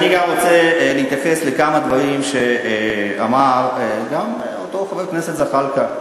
אני גם רוצה להתייחס לכמה דברים שאמר גם אותו חבר כנסת זחאלקה.